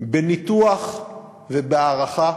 בניתוח ובהערכה,